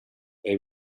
they